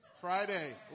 Friday